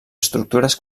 estructures